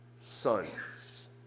sons